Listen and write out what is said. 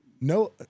no